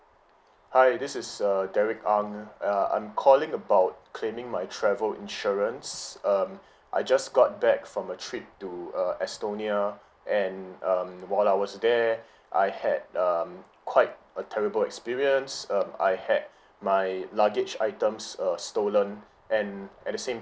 hi this is uh derek ang uh I'm calling about claiming my travel insurance um I just got back from a trip to uh estonia and um while I was there I had um quite a terrible experience um I had my luggage items uh stolen and at the same